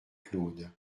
claude